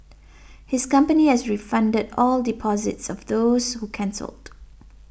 his company has refunded all deposits of those who cancelled